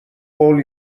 قول